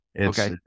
Okay